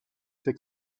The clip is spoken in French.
c’est